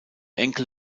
enkel